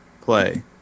play